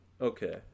Okay